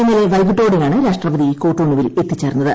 ഇന്നലെ വൈകീട്ടോടെയാണ് രാഷ്ട്രപതി കൊട്ടോണുവിൽ എത്തിചേർന്നത്